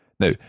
Now